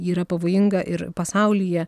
yra pavojinga ir pasaulyje